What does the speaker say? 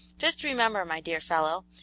just remember, my dear fellow,